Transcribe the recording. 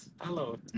hello